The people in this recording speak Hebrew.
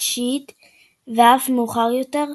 ה־9 ואף מאוחר יותר,